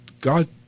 God